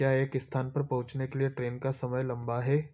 क्या एक स्थान पर पहुँचने के लिए ट्रेन का समय लंबा है